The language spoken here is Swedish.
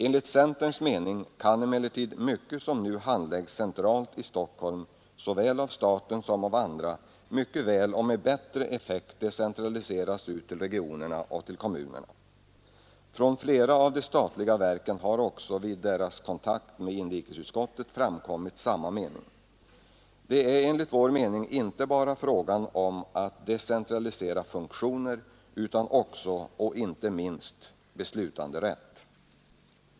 Enligt centerns mening kan emellertid mycket som nu handläggs centralt i Stockholm, såväl av staten som av andra, mycket väl och med bättre effekt decentraliseras ut till regionerna och kommunerna. Från flera av de statliga verken har vid deras kontakter med inrikesutskottet framkommit samma mening. Det är enligt vår uppfattning inte bara fråga om att decentralisera funktioner utan också, och inte minst, beslutanderätt.